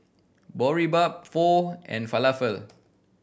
Boribap Pho and Falafel